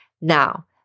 now